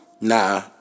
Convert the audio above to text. Nah